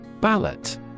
Ballot